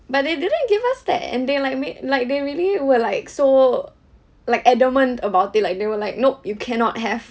but they didn't give us that and they like made like they really were like so like adamant about it like they were like nope you cannot have